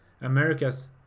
America's